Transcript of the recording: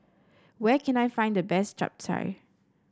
where can I find the best Chap Chai